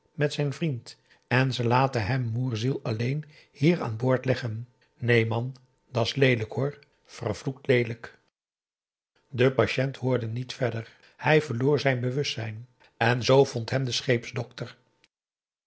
met zijn vriend en ze laten hem moêrziel alleen hier aan boord leggen neen man da's leelijk hoor vervloekt leelijk de patiënt hoorde niet verder hij verloor zijn bewustzijn en zoo vond hem de